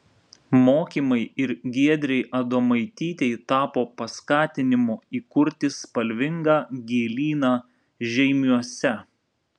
mokymai ir giedrei adomaitytei tapo paskatinimu įkurti spalvingą gėlyną žeimiuose